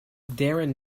darren